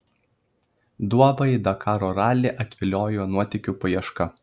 duobą į dakaro ralį atviliojo nuotykių paieška